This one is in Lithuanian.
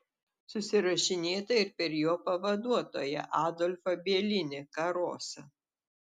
susirašinėta ir per jo pavaduotoją adolfą bielinį karosą